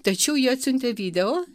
tačiau jie atsiuntė video